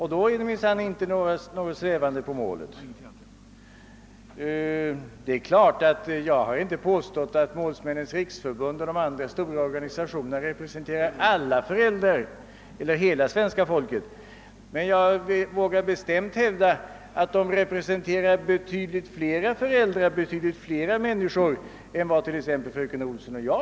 Där är det minsann inte något svävande på målet. Jag har inte påstått att Målsmännens riksförbund och de andra stora organisationerna representerar alla föräldrar eller hela det svenska folket, men jag vågar bestämt hävda att de representerar betydligt fler föräldrar och betydligt fler människor än t.ex. fröken Olsson och jag.